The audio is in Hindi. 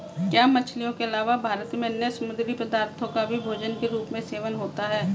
क्या मछलियों के अलावा भारत में अन्य समुद्री पदार्थों का भी भोजन के रूप में सेवन होता है?